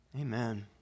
Amen